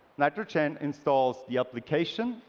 nitrogen installs the application.